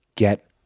Get